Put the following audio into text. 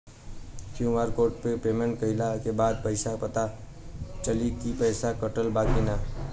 QR code से payment कईला के बाद कईसे पता चली की पैसा कटल की ना?